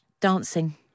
Dancing